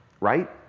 right